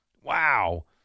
Wow